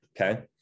Okay